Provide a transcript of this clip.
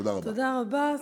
תודה רבה.